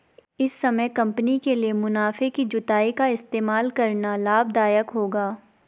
इस समय कंपनी के लिए मुनाफे की जुताई का इस्तेमाल करना लाभ दायक होगा